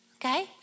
Okay